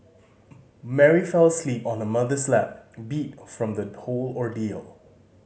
Mary fell asleep on her mother's lap beat from the whole ordeal